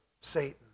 Satan